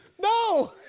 No